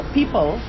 people